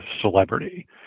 celebrity